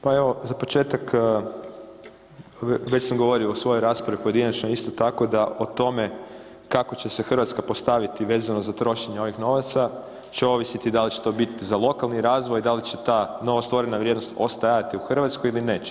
Pa evo, za početak već sam govorio u svojoj raspravi pojedinačnoj isto tako da o tome kako će se Hrvatska postaviti vezano za trošenje ovih novaca će ovisiti da li će to biti za lokalni razvoj, da li će ta novostvorena vrijednost ostajati u Hrvatskoj ili neće.